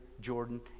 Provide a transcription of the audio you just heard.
Jordan